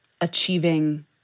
achieving